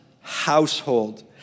household